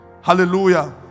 Hallelujah